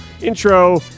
intro